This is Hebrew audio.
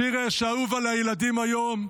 שיר שאהוב על הילדים היום: